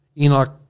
Enoch